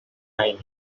tiny